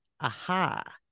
Aha